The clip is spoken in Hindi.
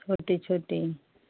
छोटी छोटी